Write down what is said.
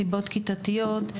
מסיבות כיתתיות,